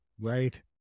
Right